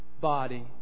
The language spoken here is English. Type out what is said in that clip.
body